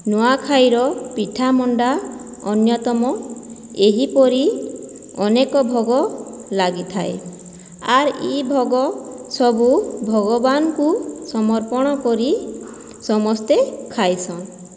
ନୂଆଁଖାଇର ପିଠା ମଣ୍ଡା ଅନ୍ୟତମ ଏହିପରି ଅନେକ ଭୋଗ ଲାଗିଥାଏ ଆର୍ ଇ ଭୋଗ ସବୁ ଭଗବାନଙ୍କୁ ସମର୍ପଣ କରି ସମସ୍ତେ ଖାଏସନ୍